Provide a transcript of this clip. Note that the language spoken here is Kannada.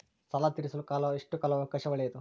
ಸಾಲ ತೇರಿಸಲು ಎಷ್ಟು ಕಾಲ ಅವಕಾಶ ಒಳ್ಳೆಯದು?